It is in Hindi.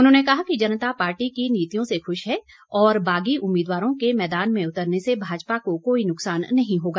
उन्होंने कहा कि जनता पार्टी की नीतियों से खुश है और बागी उम्मीदवारों के मैदान में उतरने से भाजपा को कोई नुकसान नहीं होगा